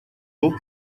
eau